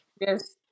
yes